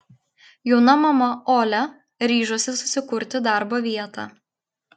jauna mama olia ryžosi susikurti darbo vietą